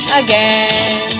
again